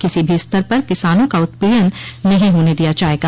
किसी भी स्तर पर किसानों का उत्पीड़न नहीं होने दिया जायेगा